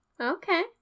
Okay